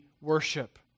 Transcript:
worship